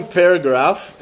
paragraph